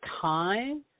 time